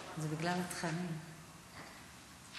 לוועדת החינוך, התרבות והספורט נתקבלה.